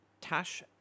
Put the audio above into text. Tash